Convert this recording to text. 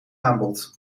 aanbod